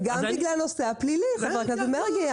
גם בגלל הנושא הפלילי חבר הכנסת מרגי,